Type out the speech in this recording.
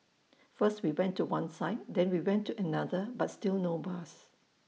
first we went to one side then we went to another but still no bus